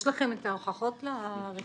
יש לכם את ההוכחות לרכישות?